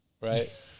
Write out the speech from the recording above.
right